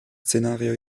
szenario